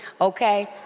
okay